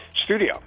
studio